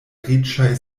riĉaj